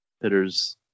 hitters